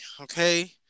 Okay